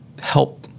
help